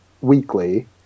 weekly